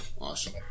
Awesome